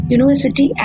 University